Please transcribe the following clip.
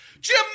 Jim